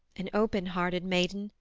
an open-hearted maiden,